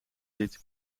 ziet